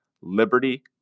Liberty